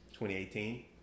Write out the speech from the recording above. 2018